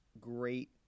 great